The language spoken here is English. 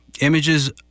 images